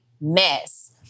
mess